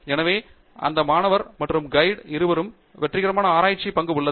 எனவே அந்த மாணவர் மற்றும் கைடு இருவருக்கும் வெற்றிகரமான ஆராய்ச்சியில் பங்கு உள்ளது